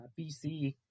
BC